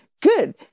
good